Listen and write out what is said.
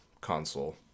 console